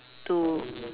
to